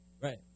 Right